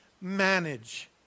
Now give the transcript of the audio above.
manage